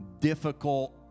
difficult